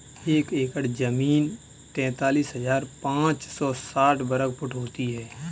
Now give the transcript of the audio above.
एक एकड़ जमीन तैंतालीस हजार पांच सौ साठ वर्ग फुट होती है